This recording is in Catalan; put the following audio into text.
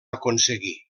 aconseguir